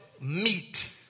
meet